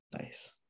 Nice